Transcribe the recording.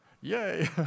Yay